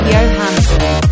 Johansson